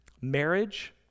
marriage